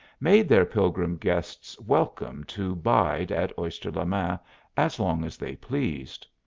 made their pilgrim guests welcome to bide at oyster-le-main as long as they pleased.